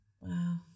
wow